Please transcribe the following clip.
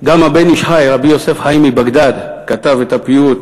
ה"בן איש חי", רבי יוסף חיים מבגדד, כתב את הפיוט